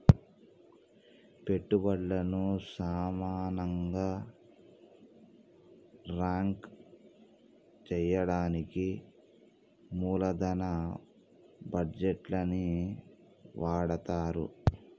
పెట్టుబల్లను సమానంగా రాంక్ చెయ్యడానికి మూలదన బడ్జేట్లని వాడతరు